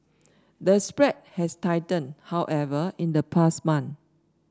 the spread has tightened however in the past month